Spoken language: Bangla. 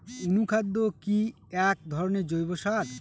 অনুখাদ্য কি এক ধরনের জৈব সার?